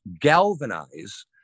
galvanize